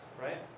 right